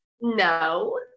No